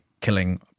killing